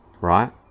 right